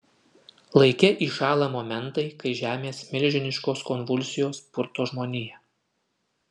laike įšąla momentai kai žemės milžiniškos konvulsijos purto žmoniją